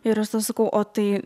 ir aš tada sakau o tai